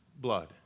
blood